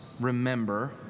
remember